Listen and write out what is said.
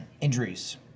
injuries